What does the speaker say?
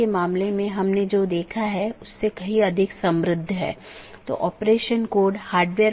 उदाहरण के लिए एक BGP डिवाइस को इस प्रकार कॉन्फ़िगर किया जा सकता है कि एक मल्टी होम एक पारगमन अधिकार के रूप में कार्य करने से इनकार कर सके